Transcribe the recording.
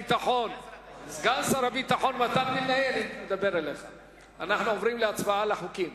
מתן וילנאי, אנחנו עוברים להצבעה על החוקים.